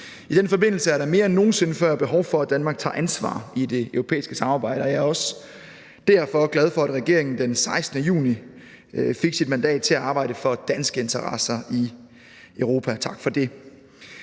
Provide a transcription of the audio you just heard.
I den forbindelse er der mere end nogensinde før behov for, at Danmark tager ansvar i det europæiske samarbejde, og jeg er også derfor glad for, at regeringen den 16. juni fik sit mandat til at arbejde for danske interesser i Europa. Tak for det.